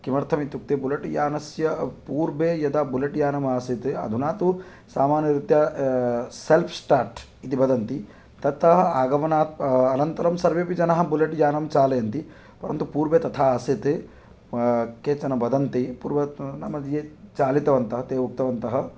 किमर्थम् इत्युक्ते बुलेट् यानस्य पूर्वे यदा बुलेट् यानम् आसीत् अधुना तु सामानतया सेल्फ़् स्टार्ट् इति वदन्ति तथा आगमनात् अनन्तरं सर्वे अपि जनाः बुलेट् यानं चालयन्ति परन्तु पूर्वे तथा आसीत् केचन वदन्ति पूर्व नाम ये चालितवन्तः ते उक्तवन्तः